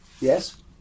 Yes